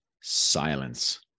silence